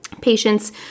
Patients